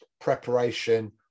preparation